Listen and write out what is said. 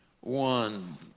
one